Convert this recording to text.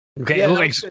Okay